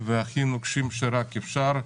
והכי נוקשים שרק אפשר: